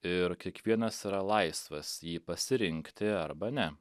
ir kiekvienas yra laisvas jį pasirinkti arba ne